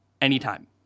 anytime